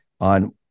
on